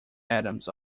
adams